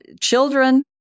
children